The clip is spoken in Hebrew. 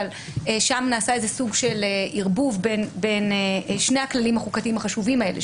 אבל שם נעשה איזה סוג של ערבוב בין שני הכללים החוקתיים החשובים האלה,